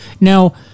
Now